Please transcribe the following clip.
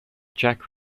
jack